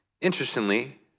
interestingly